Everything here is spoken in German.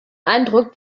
eindruck